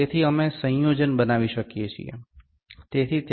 તેથી અમે સંયોજન બનાવી શકીએ છીએ તેથી તે 57